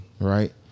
Right